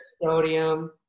sodium